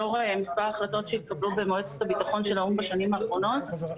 לאור מספר החלטות שהתקבלו במועצת הביטחון של האו"ם בשנים האחרונות,